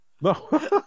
No